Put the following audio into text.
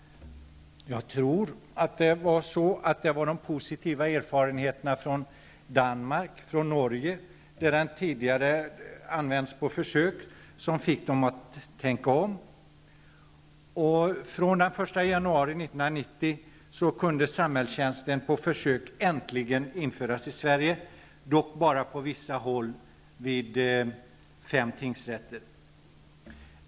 Jag tror att det var de positiva erfarenheterna från Danmark och Norge, där samhällstjänst har använts på försök, som fick dem att tänka om. Den 1 januari 1990 kunde samhällstjänst äntligen införas på försök i Sverige, dock bara på vissa håll vid fem tingsrätter.